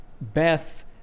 Beth